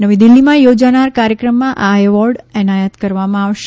નવી દિલ્ફીમાં યોજાનાર કાર્યક્રમમાં આ એવોર્ડ એનાયત કરવામાં આવશે